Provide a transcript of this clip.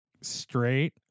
straight